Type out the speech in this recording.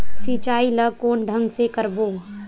सिंचाई ल कोन ढंग से करबो?